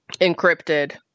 encrypted